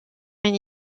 une